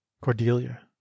Cordelia